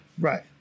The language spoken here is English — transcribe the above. Right